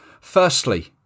Firstly